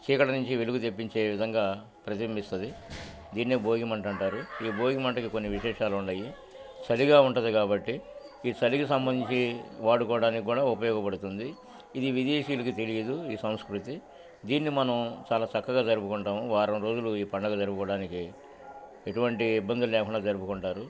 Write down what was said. చీకటి నుంచి వెలుగు తెప్పించే విధంగా ప్రతింబింస్తుంది దీన్న భోగిమంట అంటారు ఈ భోగిమంటకి కొన్ని విశేషాలు ఉన్నాయి చలిగా ఉంటది కాబట్టి ఈ సలిగా సంబంధించి వాడుకోవడానికి కూడా ఉపయోగపడుతుంది ఇది విదేశీకి తెలియదు ఈ సంస్కృతి దీన్ని మనం చాలా సక్కగా జరుపుకుంటాము వారం రోజులు ఈ పండగ జరుపుకోవడానికి ఎటువంటి ఇబ్బందు లేకున జరుపుకుంటారు